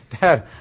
Dad